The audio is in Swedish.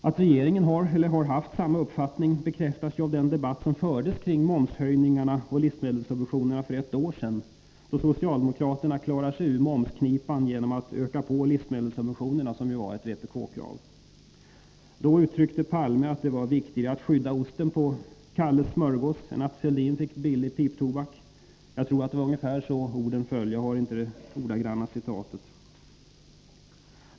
Att regeringen har eller har haft samma uppfattning bekräftas ju av den debatt som fördes kring momshöjningar och livsmedelssubventioner för ett år sedan, då socialdemokraterna klarade sig ur momsknipan genom att öka på livsmedelssubventionerna, vilket ju var ett vpk-krav. Då uttryckte Palme att det var viktigare att skydda osten på Kalles smörgås än att Fälldin fick billig piptobak — jag tror det var ungefär så orden föll, jag har inte det ordagranna citatet.